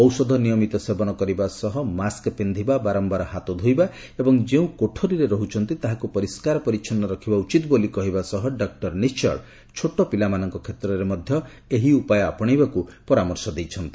ଔଷଧ ନିୟମିତ ସେବନ କରିବା ସହ ମାସ୍କ୍ ପିନ୍ଧିବା ବାରମ୍ଘାର ହାତ ଧୋଇବା ଏବଂ ଯେଉଁ କୋଠରୀରେ ରହୁଛନ୍ତି ତାହାକୁ ପରିଷ୍କାର ପରିଚ୍ଛନ୍ୱ ରଖିବା ଉଚିତ ବୋଲି କହିବା ସହ ଡକୁର ନିଶ୍ଚଳ ଛୋଟ ପିଲାମାନଙ୍କ କ୍ଷେତ୍ରରେ ମଧ୍ୟ ଏହି ଉପାୟ ଆପଣେଇବାକୁ ପରାମର୍ଶ ଦେଇଛନ୍ତି